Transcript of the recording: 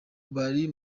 bari